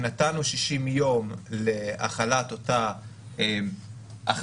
נתנו 60 יום להחלת אותה החלטה,